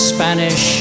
Spanish